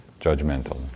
judgmental